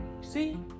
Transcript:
See